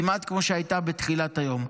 כמעט כמו שהייתה בתחילת היום.